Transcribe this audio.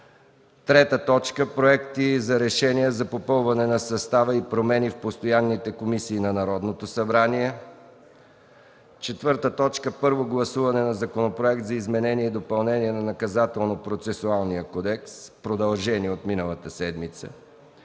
съвет. 3. Проекти за решения за попълване на състава и промени в постоянни комисии на Народното събрание. 4. Първо гласуване на Законопроект за изменение и допълнение на Наказателнопроцесуалния кодекс – продължение от миналата седмица.